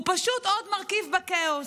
הוא פשוט עוד מרכיב בכאוס.